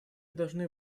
должны